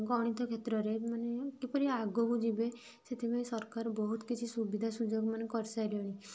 ଗଣିତ କ୍ଷେତ୍ରରେ ମାନେ କିପରି ଆଗକୁ ଯିବେ ସେଥିପାଇଁ ସରକାର ବହୁତ କିଛି ସୁବିଧା ସୁଯୋଗ ମାନେ କରି ସାରିଲେଣି